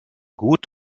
gut